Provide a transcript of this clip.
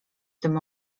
tym